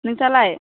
नोंस्रालाय